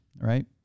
Right